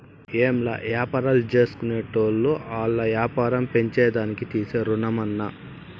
ఏంలా, వ్యాపారాల్జేసుకునేటోళ్లు ఆల్ల యాపారం పెంచేదానికి తీసే రుణమన్నా